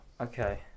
Okay